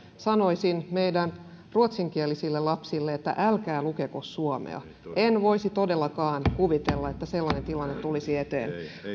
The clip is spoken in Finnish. sanoisin meidän ruotsinkielisille lapsille että älkää lukeko suomea en voisi todellakaan kuvitella että sellainen tilanne tulisi eteen